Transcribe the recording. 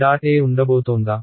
E ఉండబోతోందా